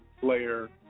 player